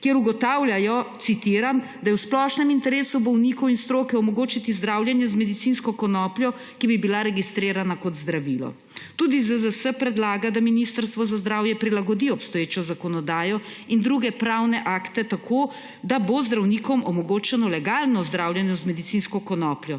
kjer ugotavljajo, citiram, »da je v splošnem interesu bolnikov in stroke omogočiti zdravljenje z medicinsko konopljo, ki bi bila registrirana kot zdravilo. Tudi ZZS predlaga, da Ministrstvo za zdravje prilagodi obstoječo zakonodajo in druge pravne akte tako, da bo zdravnikom omogočeno legalno zdravljenje z medicinsko konopljo.«